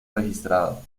registrado